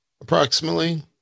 approximately